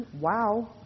wow